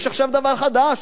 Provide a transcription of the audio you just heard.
יש עכשיו דבר חדש,